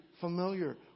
familiar